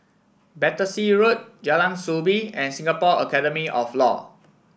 Battersea Road Jalan Soo Bee and Singapore Academy of Law